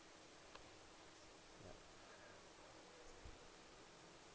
ya